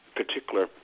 particular